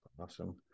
Awesome